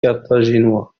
carthaginois